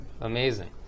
Amazing